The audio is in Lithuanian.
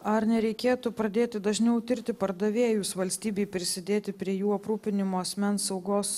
ar nereikėtų pradėti dažniau tirti pardavėjus valstybei prisidėti prie jų aprūpinimo asmens saugos